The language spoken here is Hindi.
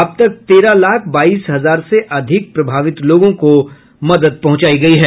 अब तक तेरह लाख बाईस हजार से अधिक प्रभावित लोगों को मदद पहुंचायी गयी है